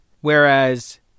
whereas